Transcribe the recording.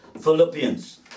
Philippians